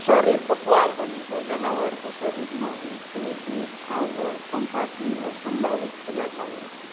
शरीरको प्वाल भनेको जनावरको शरीरमा हुने कुनै पनि ठाउँ वा कम्पार्टमेन्ट वा सम्भावित खुला ठाउँ हो